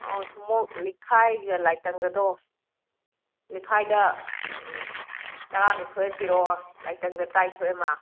ꯑꯧ ꯊꯨꯝꯃꯣꯛ ꯂꯤꯛꯈꯥꯏꯒ ꯂꯥꯏꯇꯪꯒꯗꯣ ꯂꯤꯛꯈꯥꯏꯗ ꯇꯔꯥꯅꯤꯊꯣꯏ ꯄꯤꯔꯛꯑꯣ ꯂꯥꯏꯇꯪꯗ ꯇꯔꯥꯅꯤꯊꯣꯏ ꯑꯃ